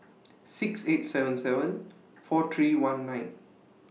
six eight seven seven four three one nine